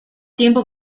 tiempo